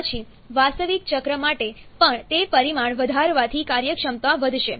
પછી વાસ્તવિક ચક્ર માટે પણ તે પરિમાણ વધારવાથી કાર્યક્ષમતા વધશે